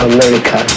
America